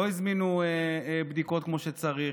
לא הזמינו בדיקות כמו שצריך,